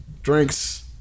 drinks